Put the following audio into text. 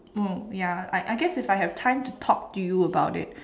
oh ya I I guess if I have time to talk to you about it